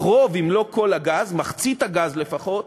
רוב אם לא כל הגז, מחצית הגז לפחות,